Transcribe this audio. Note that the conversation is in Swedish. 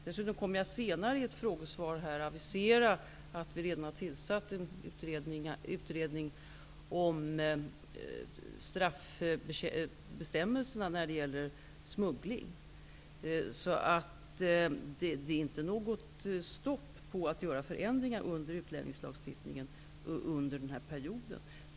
Dessutom kommer jag i ett senare frågesvar att avisera att en utredning redan har tillsatts om straffbestämmelserna för smuggling. Det är alltså inte något stopp för förändringar i utlänningslagstiftningen under den här perioden.